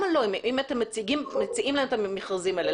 אם אתם מציעים להם את המכרזים האלה,